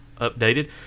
updated